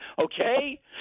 Okay